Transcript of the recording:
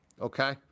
okay